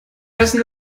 essen